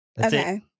Okay